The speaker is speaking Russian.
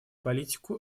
политику